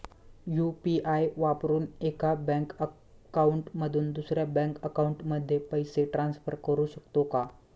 UPI वापरून एका bank account मधून दुसऱ्या बँक अकाउंटमध्ये पैसे ट्रान्सफर करू शकतो का?